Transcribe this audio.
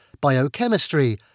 biochemistry